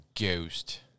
ghost